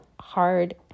hard